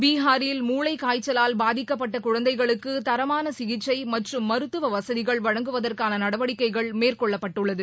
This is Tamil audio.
பீகாரில் முளை காய்ச்சலால் பாதிக்கப்பட்ட குழந்தைகளுக்கு தரமான சிகிச்சை மற்றம் மருத்துவ வசதிகள் வழங்குவதற்கான நடவடிக்கைகள் மேற்கொள்ளப்பட்டுள்ளது